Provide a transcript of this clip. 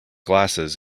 glasses